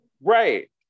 Right